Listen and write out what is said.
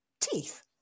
Teeth